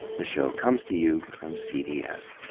the show comes to you from cds,